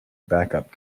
backup